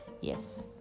Yes